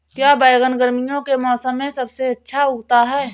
क्या बैगन गर्मियों के मौसम में सबसे अच्छा उगता है?